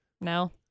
No